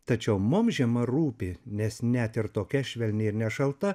tačiau mums žema rūpi nes net ir tokia švelni ir nešalta